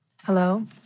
Hello